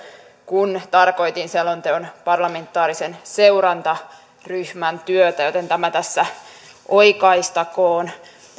kun tarkoitin selonteon parlamentaarisen seurantaryhmän työtä joten tämä tässä oikaistakoon